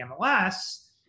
MLS